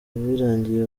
uwiragiye